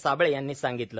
साबळे यांनी सांगितलं